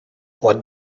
what